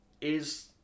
is-